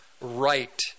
right